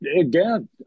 again –